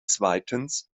zweitens